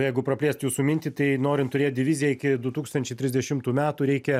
jeigu praplėst jūsų mintį tai norint turėt diviziją iki du tūkstančiai trisdešimtų metų reikia